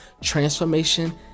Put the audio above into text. Transformation